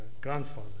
grandfather